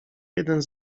jeden